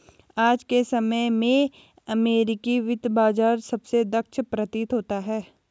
आज के समय में अमेरिकी वित्त बाजार सबसे दक्ष प्रतीत होता है